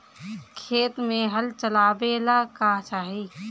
खेत मे हल चलावेला का चाही?